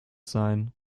sein